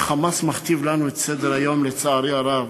כשה"חמאס" מכתיב לנו את סדר-היום, לצערי הרב,